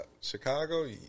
Chicago